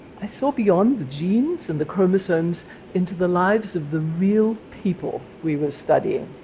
i saw beyond the genes and the chromosomes into the lives of the real people we were studying.